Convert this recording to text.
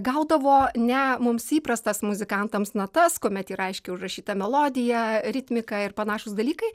gaudavo ne mums įprastas muzikantams natas kuomet ir aiškiai užrašytą melodija ritmika ir panašūs dalykai